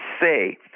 say